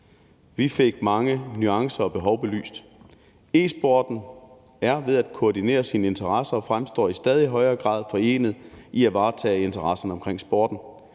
Vi fik mange nuancer og behov belyst. E-sporten er ved at koordinere sine interesser og fremstår i stadig højere grad forenet i at varetage interesserne omkring sporten.